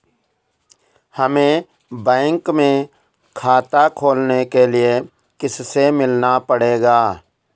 हमे बैंक में खाता खोलने के लिए किससे मिलना पड़ेगा?